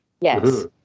Yes